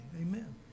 Amen